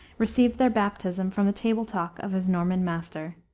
received their baptism from the table-talk of his norman master.